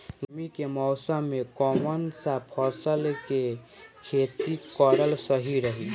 गर्मी के मौषम मे कौन सा फसल के खेती करल सही रही?